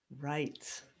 Right